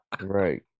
Right